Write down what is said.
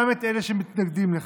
גם את אלה שמתנגדים לכך,